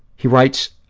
he writes,